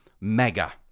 mega